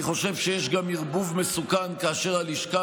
אני חושב שיש גם ערבוב מסוכן כאשר הלשכה